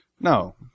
No